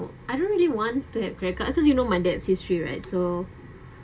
I don't really want to have record after you know my dad's history right so